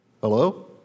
Hello